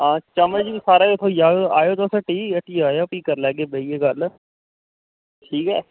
हां चम्मच बी सारे ई थ्होई जाह्ग आएओ तुस हट्टी हट्टी आएओ ओह् फ्ही करी लैगे बेहियै गल्ल ठीक ऐ